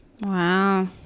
Wow